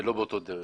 ולא באותה דרך.